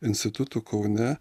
institutu kaune